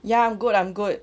ya I'm good I'm good